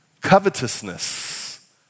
Covetousness